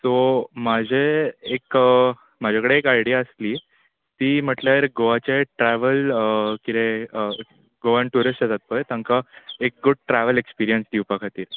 so म्हजें एक म्हजे कडेन एक आयडिया आसली ती म्हणल्यार गोवाचे ट्रॅवल कितें गोंयान ट्युरिश्ट येतात पळय तांकां एक गूड ट्रॅवल एक्सपिरियन्स दिवपा खातीर